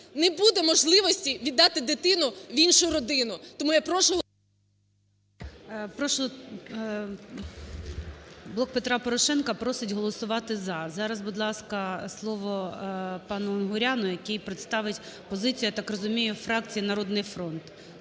не буде можливості віддати дитину в іншу родину. Тому я прошу… ГОЛОВУЮЧИЙ. Прошу. "Блок Петра Порошенка" просить голосувати "за". Зараз, будь ласка, слово пану Унгуряну, який представить позицію, я так розумію, фракції "Народний фронт",